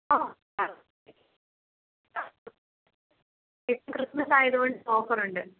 ആ ആ ആ ക്രിസ്മസ് ആയതുകൊണ്ട് ഓഫർ ഉണ്ട്